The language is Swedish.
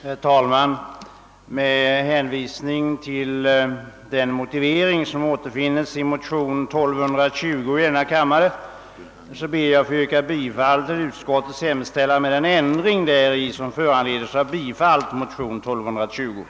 Herr talman! Med hänvisning till den motivering som återfinns i motionen II: 1220 ber jag att få yrka bifall till utskottets hemställan med den ändring däri, som föranleds av bifall till denna motion.